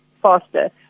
faster